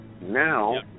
now